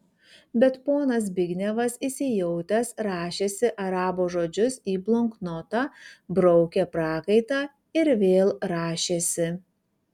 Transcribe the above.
bet ponas zbignevas įsijautęs rašėsi arabo žodžius į bloknotą braukė prakaitą ir vėl rašėsi